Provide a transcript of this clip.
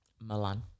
Milan